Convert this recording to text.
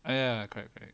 ya correct correct